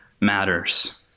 matters